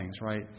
Right